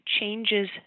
changes